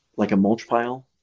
like a mulch pile,